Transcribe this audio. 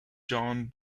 john